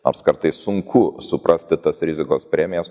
nors kartais sunku suprasti tas rizikos premijas